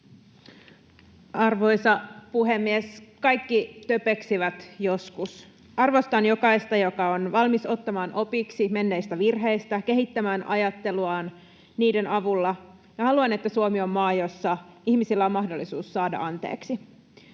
Arvoisa puhemies! Kaikki töpeksivät joskus. Arvostan jokaista, joka on valmis ottamaan opiksi menneistä virheistä, kehittämään ajatteluaan niiden avulla, ja haluan, että Suomi on maa, jossa ihmisillä on mahdollisuus saada anteeksi.